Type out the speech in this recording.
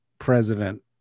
President